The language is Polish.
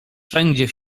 wszędzie